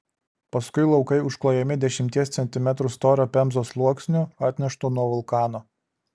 paskui laukai užklojami dešimties centimetrų storio pemzos sluoksniu atneštu nuo vulkano